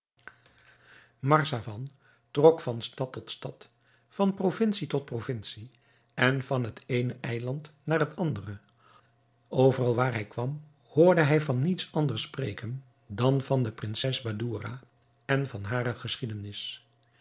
marzavan trok van stad tot stad van provincie tot provincie en van het eene eiland naar het andere overal waar hij kwam hoorde hij van niets anders spreken dan van de prinses badoura en van hare geschiedenis